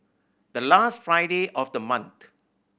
the last Friday of the month